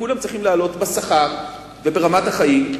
כולם צריכים לעלות בשכר וברמת החיים,